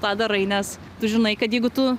tą darai nes tu žinai kad jeigu tu